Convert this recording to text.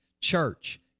Church